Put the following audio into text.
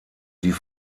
die